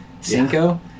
Cinco